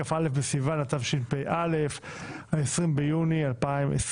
כ"א בסיוון התשפ"ב 20 ביוני 2022,